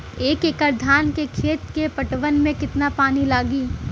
एक एकड़ धान के खेत के पटवन मे कितना पानी लागि?